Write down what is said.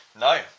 No